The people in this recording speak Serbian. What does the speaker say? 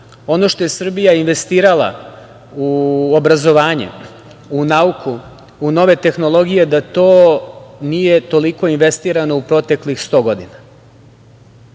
ono što je Srbija investirala u obrazovanje, u nauku, u nove tehnologije, da to nije toliko investirano u proteklih 100 godina.